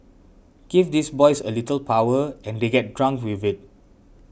give these boys a little power and they get drunk with it